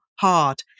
hard